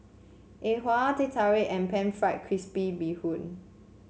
e hua Teh Tarik and pan fried crispy Bee Hoon